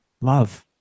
Love